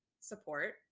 support